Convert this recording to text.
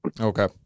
Okay